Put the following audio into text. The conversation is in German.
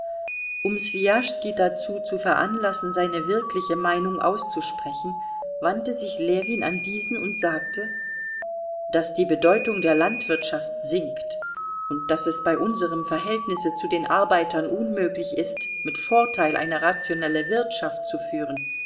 um swijaschski dazu zu veranlassen seine wirkliche meinung auszusprechen wandte sich ljewin an diesen und sagte daß die bedeutung der landwirtschaft sinkt und daß es bei unserem verhältnisse zu den arbeitern unmöglich ist mit vorteil eine rationelle wirtschaft zu führen